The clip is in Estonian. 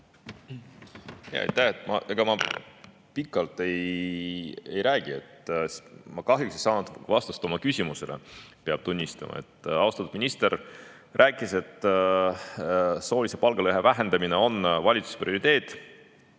Ma pikalt ei räägi. Ma kahjuks ei saanud vastust oma küsimusele, peab tunnistama. Austatud minister rääkis, et soolise palgalõhe vähendamine on valitsuse prioriteet